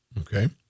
Okay